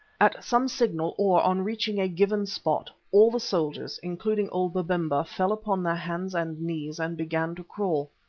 at some signal or on reaching a given spot, all the soldiers, including old babemba, fell upon their hands and knees and began to crawl.